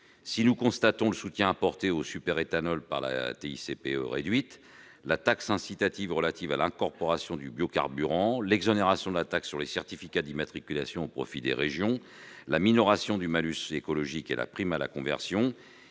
de consommation sur les produits énergétiques (TICPE) réduite, la taxe incitative relative à l'incorporation de biocarburant, l'exonération de la taxe sur les certificats d'immatriculation au profit des régions, la minoration du malus écologique et la prime à la conversion,